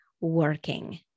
working